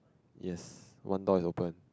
yes one door is open